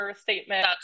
statement